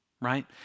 right